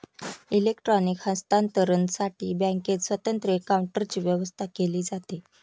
electronic हस्तांतरणसाठी बँकेत स्वतंत्र काउंटरची व्यवस्था केली जाते